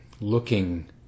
looking